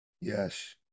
Yes